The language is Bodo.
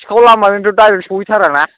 सिखाव लामाजोंथ' डाइरिक स'हैथाराना